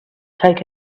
take